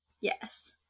Yes